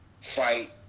fight